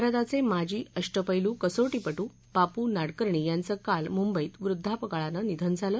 भारताचे माजी अष्टपैलू कसोटीपटू बापू नाडकर्णी यांचं काल मुंबईत वृद्वापकाळानं निधन झालं